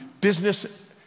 business